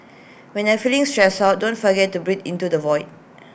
when you are feeling stressed out don't forget to breathe into the void